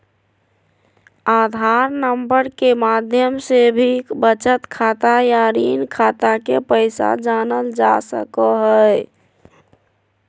आधार number के माध्यम से भी बचत खाता या ऋण खाता के पैसा जानल जा सको हय